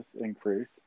Increase